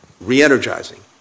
re-energizing